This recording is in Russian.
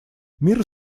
мир